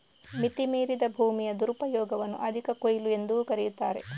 ಮಿತಿ ಮೀರಿದ ಭೂಮಿಯ ದುರುಪಯೋಗವನ್ನು ಅಧಿಕ ಕೊಯ್ಲು ಎಂದೂ ಕರೆಯುತ್ತಾರೆ